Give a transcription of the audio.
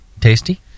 Tasty